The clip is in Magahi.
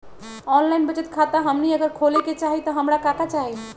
ऑनलाइन बचत खाता हमनी अगर खोले के चाहि त हमरा का का चाहि?